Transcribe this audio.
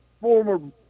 former